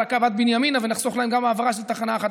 הקו עד בנימינה ונחסוך להם גם העברה של תחנה אחת.